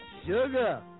Sugar